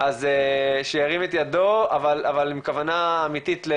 אז שירים את ידו, אבל עם כוונה אמיתית.